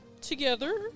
Together